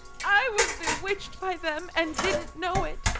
i was bewitched by them and didn't know it.